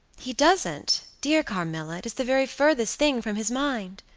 he doesn't, dear carmilla, it is the very furthest thing from his mind.